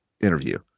interview